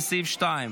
לסעיף 2,